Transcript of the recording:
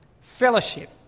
Fellowship